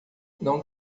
não